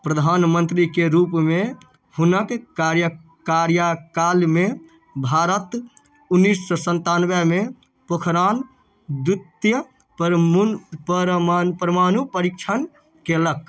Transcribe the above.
प्रधानमन्त्रीके रूपमे हुनक कार्य कार्यकालमे भारत उनैस सओ सनतानवेमे पोखरान द्वितीय परमुन परमान परमाणु परीक्षण केलक